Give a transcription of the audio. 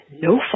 no